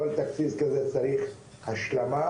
כל תקציב כזה צריך השלמה.